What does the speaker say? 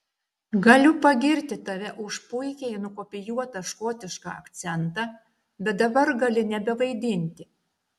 galiu pagirti tave už puikiai nukopijuotą škotišką akcentą bet dabar gali nebevaidinti